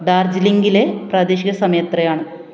ഡാർജിലിംഗിലെ പ്രാദേശിക സമയം എത്രയാണ്